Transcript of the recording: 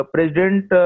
President